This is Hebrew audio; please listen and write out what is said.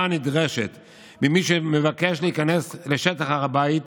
הנדרשת ממי שמבקש להיכנס לשטח הר הבית,